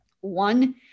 One